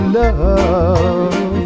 love